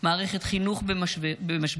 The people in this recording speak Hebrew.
מערכת חינוך במשבר,